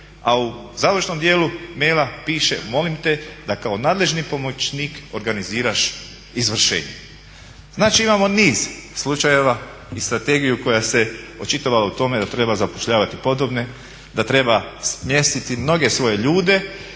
A u završnom dijelu maila piše molim te da kao nadležni pomoćnik organiziraš izvršenje. Znači imamo niz slučajeva i strategiju koja se očitovala o tome da treba zapošljavati podobne, da treba smjestiti mnoge svoje ljude